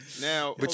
Now